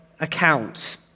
account